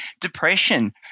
depression